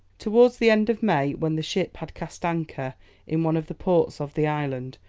towards the end of may, when the ship had cast anchor in one of the ports of the island,